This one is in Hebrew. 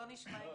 לא נשמע הגיוני.